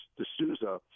D'Souza